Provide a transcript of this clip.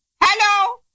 hello